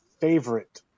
favorite